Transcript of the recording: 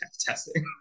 testing